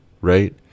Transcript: Right